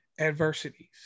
adversities